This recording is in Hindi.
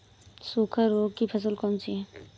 सूखा रोग की फसल कौन सी है?